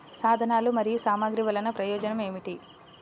సాధనాలు మరియు సామగ్రి వల్లన ప్రయోజనం ఏమిటీ?